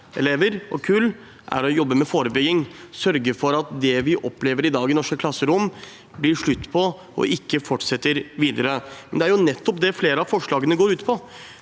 skoleelever og kull, er å jobbe med forebygging – sørge for at det vi i dag opplever i norske klasserom, blir en slutt på og ikke fortsetter videre. Det er jo nettopp det flere av forslagene går ut på.